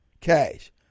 Cash